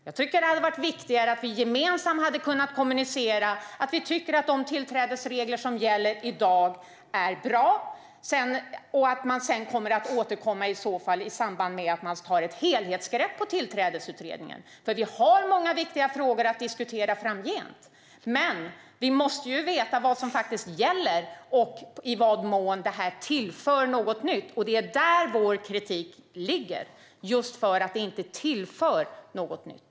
Jag tycker att det hade varit viktigare om vi gemensamt hade kunnat kommunicera att vi tycker att de tillträdesregler som gäller i dag är bra och att man sedan kommer att återkomma i samband med att man tar ett helhetsgrepp på Tillträdesutredningen. Vi har många viktiga frågor att diskutera framgent, men vi måste ju veta vad som faktiskt gäller och i vad mån det här tillför något nytt. Det är där vår kritik ligger, för det tillför inte något nytt.